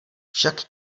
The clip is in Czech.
však